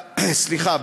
סליחה,